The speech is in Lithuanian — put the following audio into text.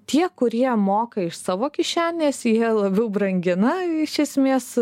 tie kurie moka iš savo kišenės jie labiau brangina iš esmės